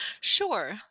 Sure